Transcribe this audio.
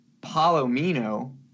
Palomino